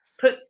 put